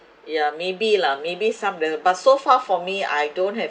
yeah maybe lah maybe some does but so far for me I don't have